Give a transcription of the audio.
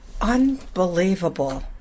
unbelievable